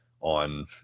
on